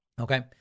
Okay